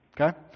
okay